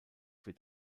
wird